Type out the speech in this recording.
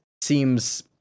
seems